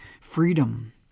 freedom